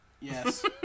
Yes